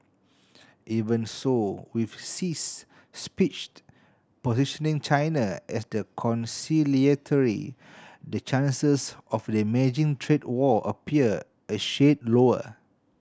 even so with Xi's speech positioning China as the conciliatory the chances of damaging trade war appear a shade lower